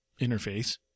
interface